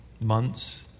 months